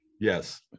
Yes